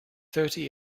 thirty